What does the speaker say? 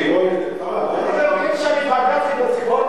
לקיים דיון בוועדת החוקה,